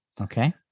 Okay